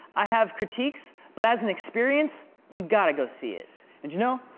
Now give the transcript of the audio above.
i have critiques but as an experience, you got to go see it and you know.